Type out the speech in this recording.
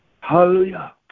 hallelujah